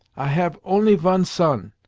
i have only vun son,